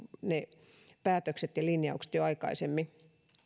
ne päätökset ja linjaukset jo aikaisemmin